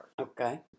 Okay